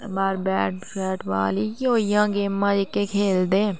बाहर bat ball इया होई गेइयां गेमां जेहके खेलदे